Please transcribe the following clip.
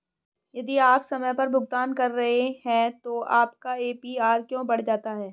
यदि आप समय पर भुगतान कर रहे हैं तो आपका ए.पी.आर क्यों बढ़ जाता है?